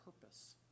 purpose